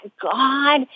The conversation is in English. God